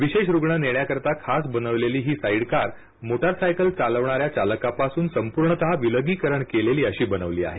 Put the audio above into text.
विशेष रुग्ण नेण्याकरता खास बनवलेली ही साईड कार मोटारसायकल चालवणाऱ्या चालकापासून संपूर्णतः विलगीकरण केलेली अशी बनवली आहे